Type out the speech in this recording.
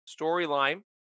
storyline